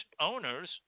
owners